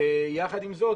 יחד עם זאת,